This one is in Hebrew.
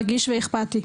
רגיש ואכפתי.